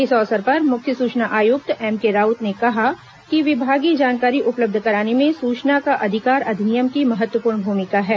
इस अवसर पर मुख्य सूचना आयुक्त एमके राउत ने कहा कि विभागीय जानकारी उपलब्ध कराने में सूचना का अधिकार अधिनियम की महत्वपूर्ण भूमिका है